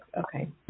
Okay